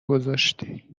گذاشتی